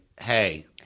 Hey